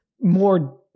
more